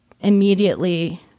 immediately